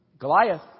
Goliath